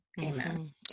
Amen